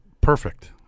perfect